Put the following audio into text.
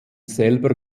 selber